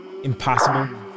Impossible